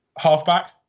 Halfbacks